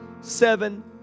seven